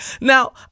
Now